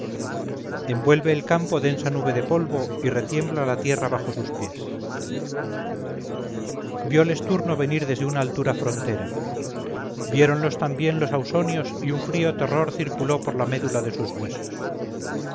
envuelve el campo densa nube de polvo y retiembla la tierra bajo sus pies violes turno venir desde una altura frontera viéronlos también los ausonios y un frío terror circuló por la médula de sus huesos